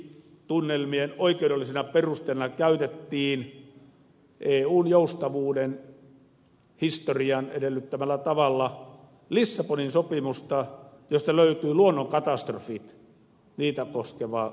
toukokuun kriisitunnelmien oikeudellisena perusteena käytettiin eun joustavuuden historian edellyttämällä tavalla lissabonin sopimusta josta löytyvät luonnon katastrofit niitä koskeva määritelmä